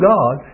God